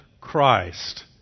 Christ